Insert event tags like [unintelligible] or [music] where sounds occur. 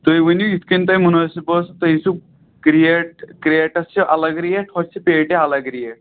تُہی ؤنِو یِتھ کَنۍ تۄہہِ مُنٲسِب باسہِ تُہۍ [unintelligible] کرٛیٹ کریٹَس چھِ الگ ریٹ ہُتھ چھِ الگ ریٹ